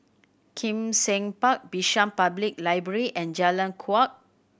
Kim Seng Park Bishan Public Library and Jalan Kuak